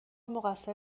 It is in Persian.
مقصر